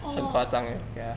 orh